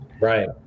Right